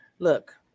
Look